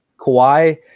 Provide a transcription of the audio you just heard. Kawhi